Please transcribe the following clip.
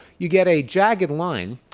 you get a jagged line,